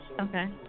Okay